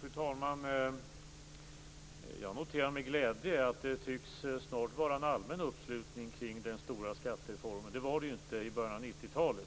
Fru talman! Jag noterar med glädje att det snart tycks vara en allmän uppslutning kring den stora skattereformen. Det var det inte i början av 90-talet.